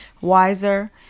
wiser